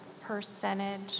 percentage